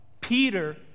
Peter